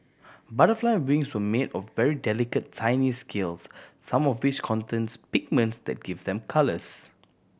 butterfly wings were made of very delicate tiny scales some of which contains pigments that give them colours